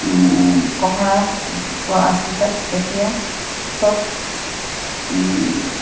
কহৰা পোৱা আছিল তাত এতিয়া চব